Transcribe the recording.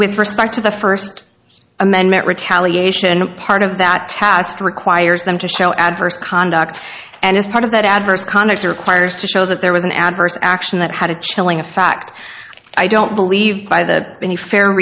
with respect to the first amendment retaliation and part of that task requires them to show adverse conduct and as part of that adverse conduct requires to show that there was an adverse action that had a chilling a fact i don't believe by that any fair